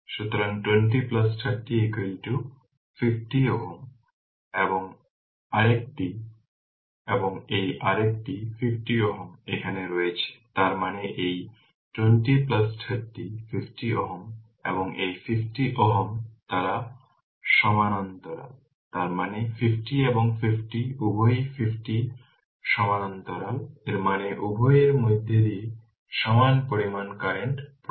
সুতরাং 2030 50 Ω এবং আরেকটি এবং এটি আরেকটি 50 Ω এখানে রয়েছে তার মানে এই 2030 50 Ω এবং এই 50 Ω তারা সমান্তরাল তার মানে 50 এবং 50 উভয়ই 50 সমান্তরাল এর মানে উভয়ের মধ্য দিয়ে সমান পরিমাণ কারেন্ট প্রবাহিত হবে